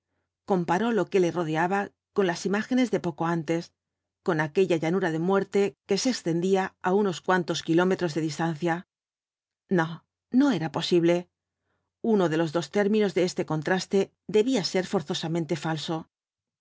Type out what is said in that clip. comparó lo que le rodeaba con las imágenes de poco antes con aquella llanura de muerte que se extendía á unos cuantos kilómetros de distancia no no era posible uno de los dos términos de este contraste debía ser forzosamente falso